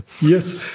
Yes